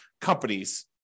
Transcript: companies